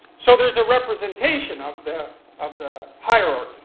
so there's a representation of the of the hierarchy.